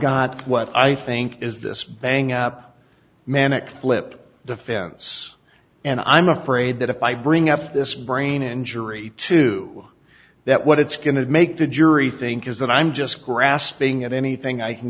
got what i think is this bang up manic flip defense and i'm afraid that if i bring up this brain injury to that what it's going to make the jury think is that i'm just grasping at anything i can